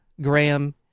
Graham